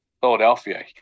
philadelphia